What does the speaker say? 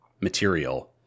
material